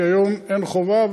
כי היום אין חובה,